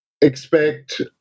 expect